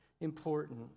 important